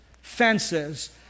Fences